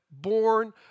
Born